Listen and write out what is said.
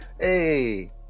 Hey